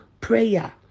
prayer